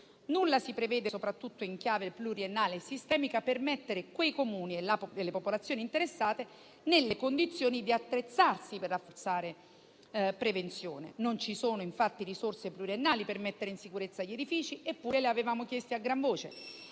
Nulla si prevede soprattutto in chiave pluriennale e sistemica per mettere quei Comuni e le popolazioni interessate nelle condizioni di attrezzarsi per rafforzare la prevenzione. Non ci sono infatti risorse pluriennali per mettere in sicurezza gli edifici, eppure le avevamo chiesti a gran voce;